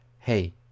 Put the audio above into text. Hey